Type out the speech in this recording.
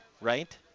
right